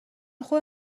خوبه